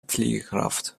pflegekraft